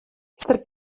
starp